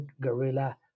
guerrilla